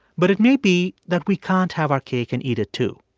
but it may be that we can't have our cake and eat it, too.